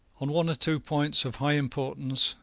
on one or two points of high importance,